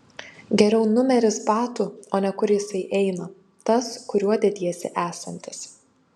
geriau numeris batų o ne kur jisai eina tas kuriuo dediesi esantis